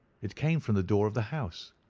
it came from the door of the house.